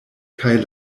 kaj